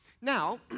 Now